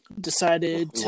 decided